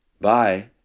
Bye